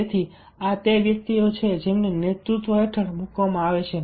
તેથી આ તે વ્યક્તિઓ છે જેમને નેતૃત્વ હેઠળ મૂકવામાં આવે છે